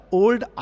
old